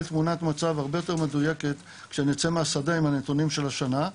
תמונת מצב הרבה יותר מדויקת כשנצא מהשדה עם הנתונים של השנה.